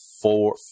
four